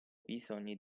bisogni